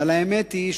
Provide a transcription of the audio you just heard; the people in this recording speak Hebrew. אבל האמת היא,